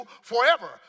forever